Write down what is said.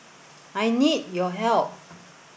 I need your help